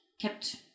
kept